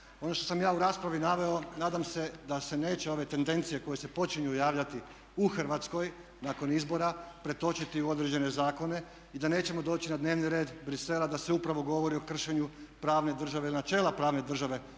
Ono što sam ja u raspravi naveo nadam se da se neće ove tendencije koje se počinju javljati u Hrvatskoj nakon izbora pretočiti u određene zakone i da nećemo doći na dnevni red Bruxellesa da se upravo govori o kršenju pravne države i načela pravne države